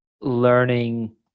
learning